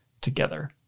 together